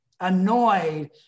annoyed